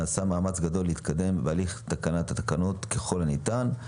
נעשה מאמץ גדול להתקדם בהליך התקנת התקנות ככל הניתן,